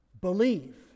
Believe